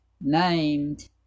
named